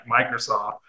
Microsoft